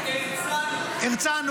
הֶרצָנו, לא הַרצֵנו.